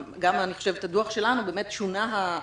כולם צריכים לחוש את אותו גודל האחריות בסכנה שעומדת לפתחנו.